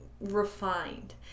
refined